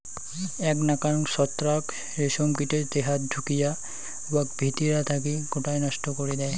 এ্যাক নাকান ছত্রাক রেশম কীটের দেহাত ঢুকিয়া উয়াক ভিতিরা থাকি গোটায় নষ্ট করি দ্যায়